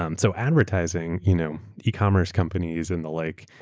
um so advertising, you know ecommerce companies and the like,